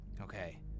Okay